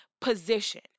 position